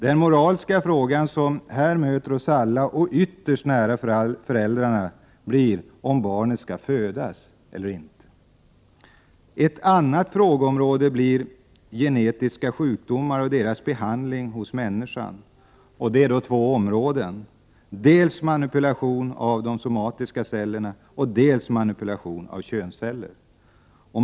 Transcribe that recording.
Den moraliska fråga som här möter oss alla och ytterst föräldrarna blir om barnet skall födas eller inte. Ett annat frågeområde blir genetiska sjukdomar och deras behandling hos människorna. Det omfattar två områden: dels manipulation av de somatiska | cellerna, dels manipulation av könsceller.